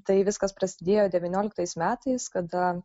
tai viskas prasidėjo devynioliktais metais kada